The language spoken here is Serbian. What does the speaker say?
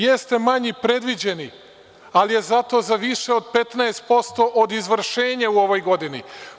Jeste, manji predviđeni, ali je zato za više od 15% od izvršenja u ovoj godini.